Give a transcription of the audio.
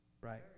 Right